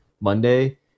monday